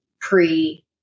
pre